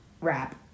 wrap